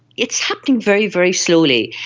it's happening very, very slowly.